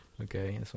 Okay